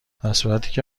درصورتیکه